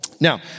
Now